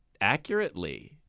accurately